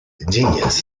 genus